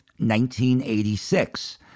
1986